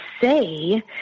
say